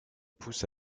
pousse